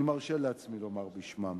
אני מרשה לעצמי לומר בשמם,